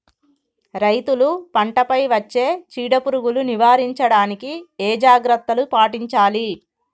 రైతులు పంట పై వచ్చే చీడ పురుగులు నివారించడానికి ఏ జాగ్రత్తలు పాటించాలి?